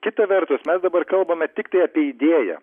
kita vertus mes dabar kalbame tiktai apie idėją